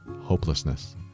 hopelessness